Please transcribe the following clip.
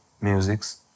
musics